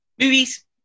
Movies